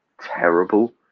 terrible